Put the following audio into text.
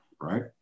right